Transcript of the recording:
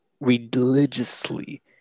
religiously